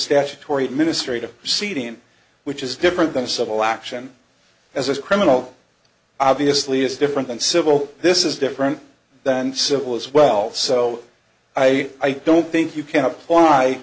statutory administrative seating which is different than civil action as criminal obviously is different than civil this is different than civil as well so i don't think you can apply